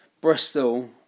Bristol